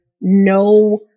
no